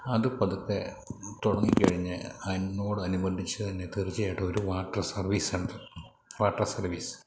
അത് പതുക്കെ തുടങ്ങി കഴിഞ്ഞ് അതിനോട് അനുബന്ധിച്ച് തന്നെ തീർച്ചയായിട്ടും ഒരു water service centre water service